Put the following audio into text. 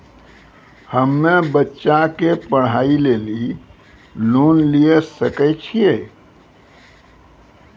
हम्मे बच्चा के पढ़ाई लेली लोन लिये सकय छियै?